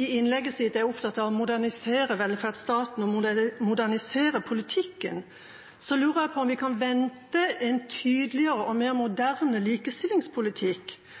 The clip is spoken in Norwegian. i innlegget sitt er opptatt av å modernisere velferdsstaten, modernisere politikken, lurer jeg på om vi kan vente en tydeligere og mer